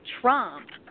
Trump